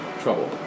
trouble